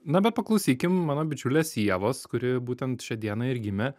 na bet paklausykim mano bičiulės ievos kuri būtent šią dieną ir gimė